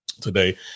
today